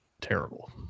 terrible